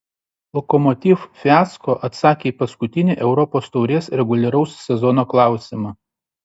lokomotiv fiasko atsakė į paskutinį europos taurės reguliaraus sezono klausimą